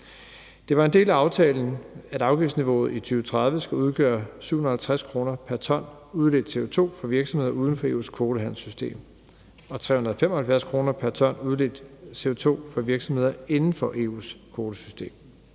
Det var en del af aftalen, at afgiftsniveauet i 2030 skulle udgøre 750 kr. pr. ton udledt CO2 for virksomheder uden for EU's kvotehandelssystem, og det skulle udgøre 375 kr. pr. ton udledt CO2 for virksomheder inden for EU's kvotehandelssystem.